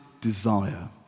desire